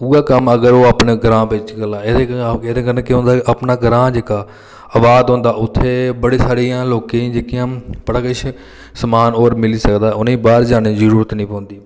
उ'ऐ कम्म ओह् अगर अपने ग्रांऽ बिच करन ते केह् होंदा अपना ग्रांऽ जेहका उत्थें बड़े सारे लोकें गी जेह्कियां बड़ा किश समान होर मिली सकदा उ'नेंगी बाह्र जाने दी जरूरत निं पौंदी